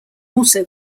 also